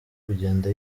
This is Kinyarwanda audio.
kugenda